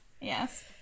Yes